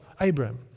Abraham